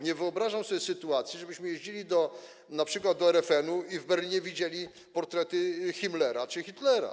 Nie wyobrażam sobie sytuacji, żebyśmy jeździli do np. do RFN-u i w Berlinie widzieli portrety Himmlera czy Hitlera.